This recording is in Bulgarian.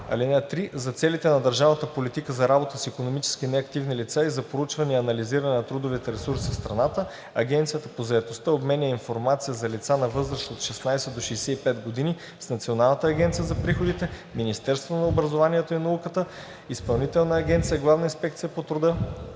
„(3) За целите на държавната политика за работа с икономически неактивни лица и за проучване и анализиране на трудовите ресурси в страната Агенцията по заетостта обменя информация за лица на възраст от 16 до 65 години с Националната агенция за приходите, Министерството на образованието и науката, Изпълнителна агенция „Главна инспекция по труда“,